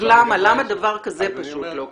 אז למה דבר כזה פשוט לא קרה.